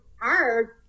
hard